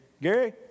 Gary